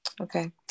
Okay